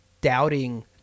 doubting